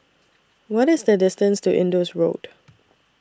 What IS The distance to Indus Road